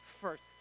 first